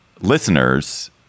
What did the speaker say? Listeners